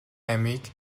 амийг